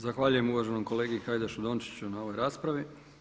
Zahvaljujem uvaženom kolegi Hajdašu Dončiću na ovoj raspravi.